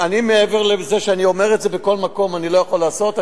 מעבר לזה שאני אומר את זה בכל מקום אני לא יכול לעשות.